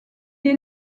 est